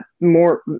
more